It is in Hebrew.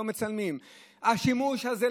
השימוש הזה,